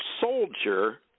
soldier